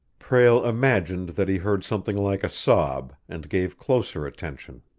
prale imagined that he heard something like a sob, and gave closer attention.